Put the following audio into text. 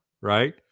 right